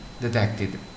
detected